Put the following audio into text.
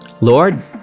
Lord